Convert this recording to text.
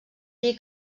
dir